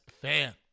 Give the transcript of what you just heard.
fan